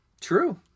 True